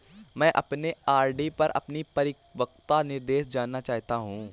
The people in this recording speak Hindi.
मैं अपने आर.डी पर अपना परिपक्वता निर्देश जानना चाहता हूं